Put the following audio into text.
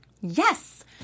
Yes